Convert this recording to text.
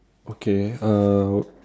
okay uh